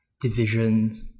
divisions